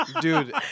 Dude